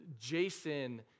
Jason